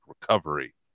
recovery